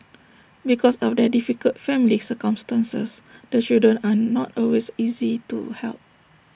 because of their difficult family circumstances the children are not always easy to help